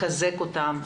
לחזק אותם,